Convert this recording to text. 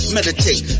Meditate